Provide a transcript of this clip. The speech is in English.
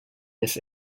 this